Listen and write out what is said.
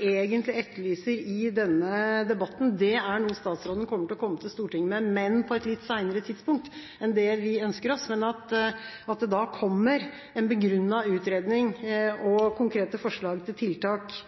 egentlig etterlyser i denne debatten, er noe statsråden kommer til å komme til Stortinget med – på et litt senere tidspunkt enn det vi ønsker oss, men at det da kommer en begrunnet utredning og konkrete forslag til tiltak